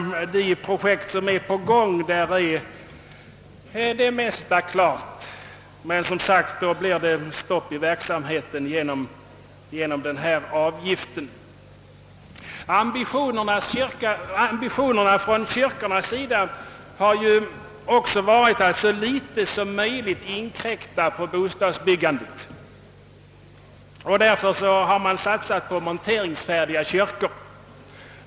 De projekt som är på gång är i stor utsträckning färdiga, men då stoppas verksamheten av denna avgift. Ambitionerna från kyrkobyggarnas sida har också varit att så litet som möjligt inkräkta på bostadsbyggandet. Därför har man satsat på monteringsfärdiga kyrkor.